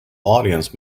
audience